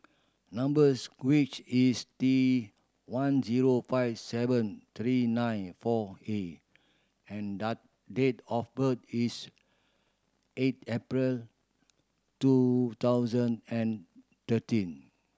number is T one zero five seven three nine four A and date of birth is eight April two thousand and thirteen